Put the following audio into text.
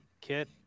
kit